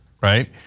right